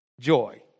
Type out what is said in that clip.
joy